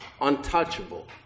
untouchable